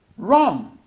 ron